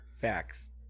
Facts